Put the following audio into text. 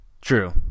True